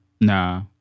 Nah